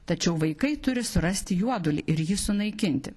tačiau vaikai turi surasti juodulį ir jį sunaikinti